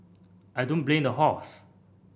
I don't blame the horse